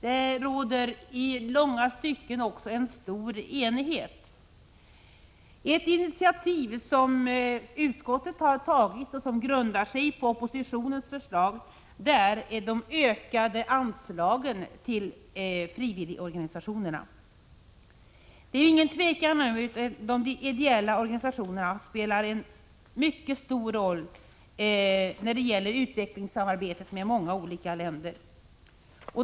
Det råder i långa stycken också en stor enighet. Ett initiativ som utskottet har tagit och som grundar sig på oppositionens förslag är de ökade anslagen till frivilligorganisationerna. De ideella organisationerna spelar en mycket stor roll när det gäller utvecklingssamarbetet med många olika länder.